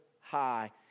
high